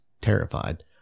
terrified